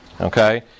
okay